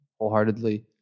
wholeheartedly